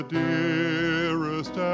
dearest